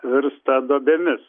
virsta duobėmis